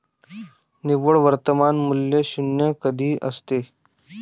निव्वळ वर्तमान मूल्य शून्य कधी असते?